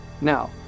Now